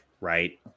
right